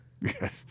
Yes